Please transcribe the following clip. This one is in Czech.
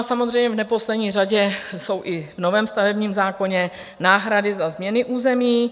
Samozřejmě v neposlední řadě jsou i v novém stavebním zákoně náhrady za změny území.